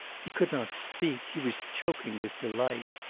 he could not speak he was choking with delight.